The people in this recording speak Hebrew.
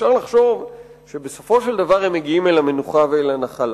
אפשר לחשוב שבסופו של דבר הם מגיעים אל המנוחה ואל הנחלה.